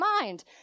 mind